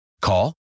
Call